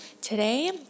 today